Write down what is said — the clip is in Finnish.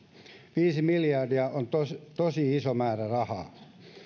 viisi miljardia on tosi tosi iso määrä rahaa